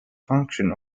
function